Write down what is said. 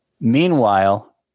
Meanwhile